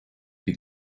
bhí